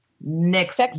next